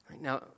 Now